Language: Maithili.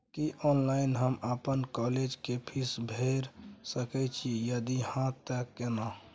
की ऑनलाइन हम अपन कॉलेज के फीस भैर सके छि यदि हाँ त केना?